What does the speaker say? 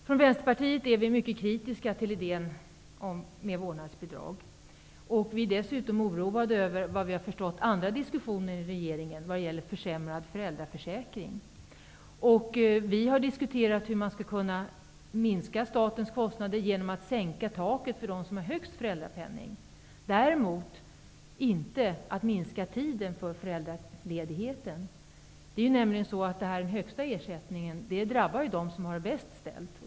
Från Vänsterpartiet är vi mycket kritiska till idén med vårdnadsbidrag. Vi är dessutom oroade över andra diskussioner i regeringen, som vi har förstått förs, beträffande försämrad föräldraförsäkring. Vi har diskuterat hur man skulle kunna minska statens kostnader genom att sänka taket för dem som har högst föräldrapenning. Däremot anser vi inte att man skall minska tiden för föräldraledigheten. Inskränkningen i den högsta ersättningen drabbar dem som har det bäst ställt.